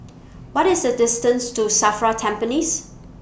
What IS The distance to SAFRA Tampines